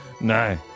No